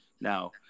Now